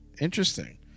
Interesting